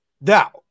Now